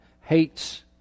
hates